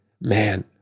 man